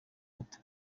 ati